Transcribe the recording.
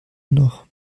noch